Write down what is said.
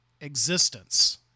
existence